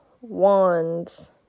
wands